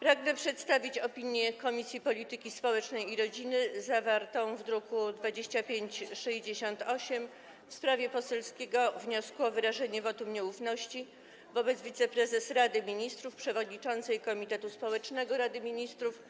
Pragnę przedstawić opinię Komisji Polityki Społecznej i Rodziny zawartą w druku nr 2568 w sprawie poselskiego wniosku o wyrażenie wotum nieufności wobec wiceprezes Rady Ministrów, przewodniczącej Komitetu Społecznego Rady Ministrów